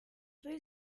rey